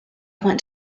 want